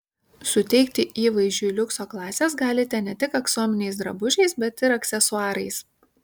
suteikti įvaizdžiui liukso klasės galite ne tik aksominiais drabužiais bet ir aksesuarais